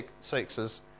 sexes